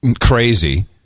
crazy